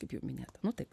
kaip jau minėta nu taip